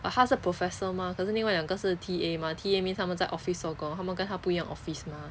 but 他是 professor mah 可是另外两个是 T_A mah T_A means 他们在 office 做工他们跟他不一样 office mah